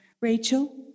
Rachel